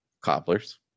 cobbler's